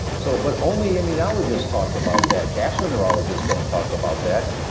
so but only immunologists talk about that, gastroenterologists don't talk about that.